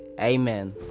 Amen